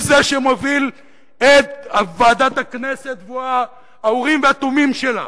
הוא זה שמוביל את ועדת הכנסת והוא האורים ותומים שלה.